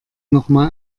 nochmal